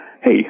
hey